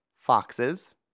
Foxes